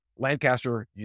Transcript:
Lancaster